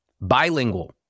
Bilingual